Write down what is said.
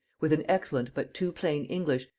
with an excellent but too plain english,